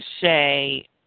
say